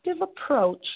approach